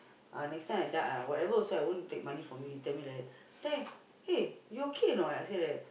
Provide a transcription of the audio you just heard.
uh next time I die I whatever also I won't take money from you he tell me like that then eh you okay or not I say like that